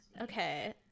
Okay